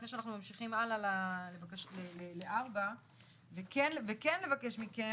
לפני שאנחנו ממשיכים הלאה לסעיף 4 וכן לבקש מכם,